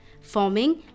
forming